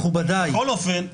בכל אופן,